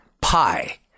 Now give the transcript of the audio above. Pie